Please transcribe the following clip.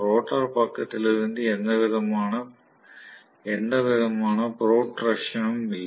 rotor பக்கத்தில் இருந்து எந்தவிதமான புரோட்ரஷனும் இல்லை